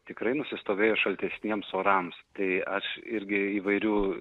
tikrai nusistovėjus šaltesniems orams tai aš irgi įvairių